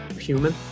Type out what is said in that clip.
human